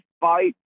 fight